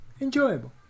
enjoyable